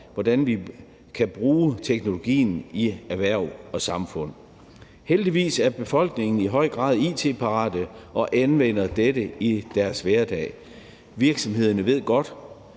hvordan vi kan bruge teknologien i erhverv og samfund. Heldigvis er befolkningen i høj grad it-parate og anvender dette i deres hverdag. Virksomhederne ved godt,